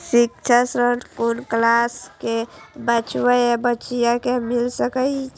शिक्षा ऋण कुन क्लास कै बचवा या बचिया कै मिल सके यै?